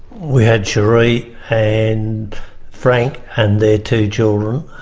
we had sheree and frank and their two children,